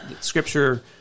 scripture